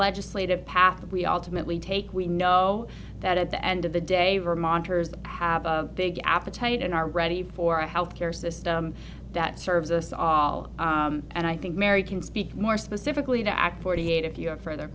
legislative path we alternately take we know that at the end of the day vermonters they have a big appetite and are ready for a health care system that serves us all and i think mary can speak more specifically to act forty eight if you have further